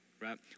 right